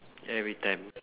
every time